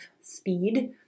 speed